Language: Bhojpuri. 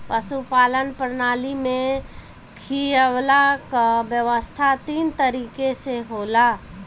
पशुपालन प्रणाली में खियवला कअ व्यवस्था तीन तरीके से होला